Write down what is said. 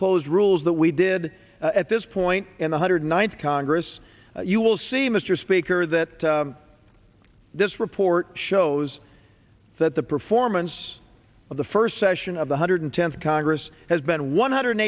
close rules that we did at this point and one hundred ninth congress you will see mr speaker that this report shows that the performance of the first session of one hundred tenth congress has been one hundred